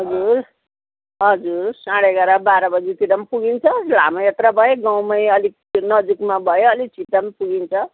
हजुर हजुर साढे एघार बाह्र बजीतिर पनि पुगिन्छ लामो यात्रा भए गाउँमै अलिक नजिकमा भए अलिक छिटो पनि पुगिन्छ